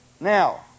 Now